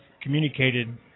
communicated